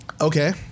Okay